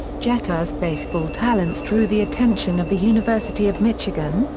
jeter's baseball talents drew the attention of the university of michigan,